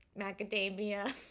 Macadamia